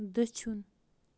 دٔچھُن